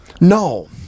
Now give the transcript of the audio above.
No